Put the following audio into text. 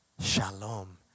shalom